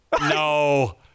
No